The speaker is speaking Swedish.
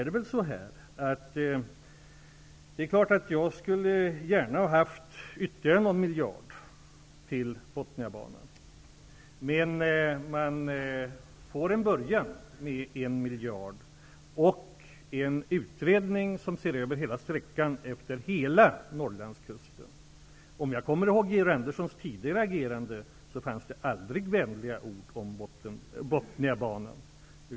Det är klart att jag gärna skulle ha haft ytterligare någon miljard till Botniabanan. Men man får en början med en miljard och en utredning som ser över sträckan utefter hela Norrlandskusten. Om jag kommer ihåg rätt fanns i Georg Anderssons tidigare agerande aldrig vänliga ord om Botniabanan.